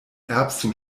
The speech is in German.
erbsen